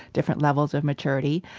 different levels of maturity.